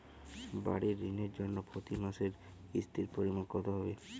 বাড়ীর ঋণের জন্য প্রতি মাসের কিস্তির পরিমাণ কত হবে?